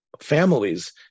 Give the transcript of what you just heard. families